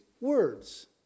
words